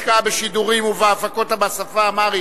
השקעה בשידורים ובהפקות בשפה האמהרית),